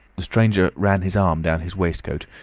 the stranger ran his arm down his waistcoat,